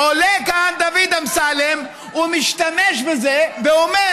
עולה כאן דוד אמסלם ומשתמש בזה ואומר